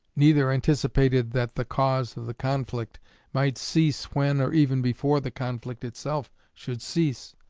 neither anticipated that the cause of the conflict might cease when, or even before the conflict itself should cease.